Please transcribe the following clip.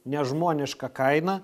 nežmonišką kainą